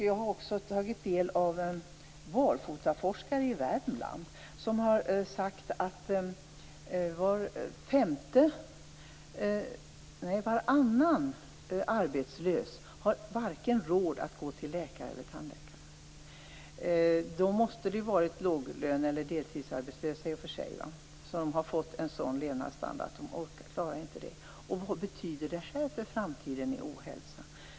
Jag har också tagit del av vad barfotaforskare i Värmland har sagt om att varannan arbetslös varken har råd att gå till läkare eller tandläkare. Det måste ju i och för sig röra sig om lågavlönade eller deltidsarbetslösa som har fått en sådan levnadsstandard att de inte klarar detta. Vad betyder det för ohälsan i framtiden?